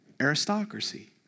aristocracy